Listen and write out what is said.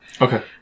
Okay